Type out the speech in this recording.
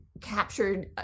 captured